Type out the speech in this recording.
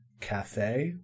cafe